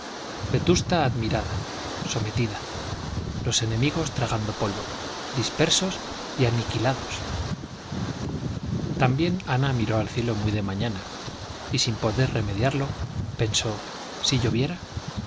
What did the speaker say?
vetusta admirada sometida los enemigos tragando polvo dispersos y aniquilados también ana miró al cielo muy de mañana y sin poder remediarlo pensó si lloviera